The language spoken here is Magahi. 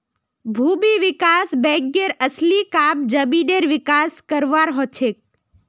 भूमि विकास बैंकेर असली काम जमीनेर विकास करवार हछेक